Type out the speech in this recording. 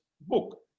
book